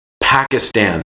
Pakistan